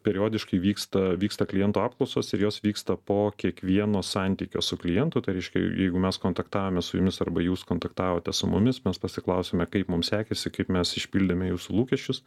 periodiškai vyksta vyksta klientų apklausos ir jos vyksta po kiekvieno santykio su klientu tai reiškia jeigu mes kontaktavome su jumis arba jūs kontaktavote su mumis mes pasiklausime kaip mums sekėsi kaip mes išpildėme jūsų lūkesčius